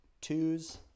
two's